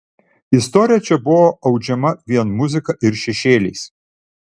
istorija čia buvo audžiama vien muzika ir šešėliais